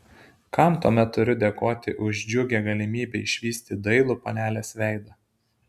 kam tuomet turiu dėkoti už džiugią galimybę išvysti dailų panelės veidą